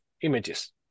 images